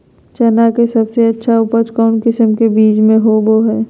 चना के सबसे अच्छा उपज कौन किस्म के बीच में होबो हय?